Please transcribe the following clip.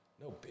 No